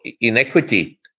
inequity